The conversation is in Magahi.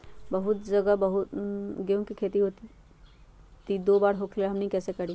बहुत जगह गेंहू के खेती दो बार होखेला हमनी कैसे करी?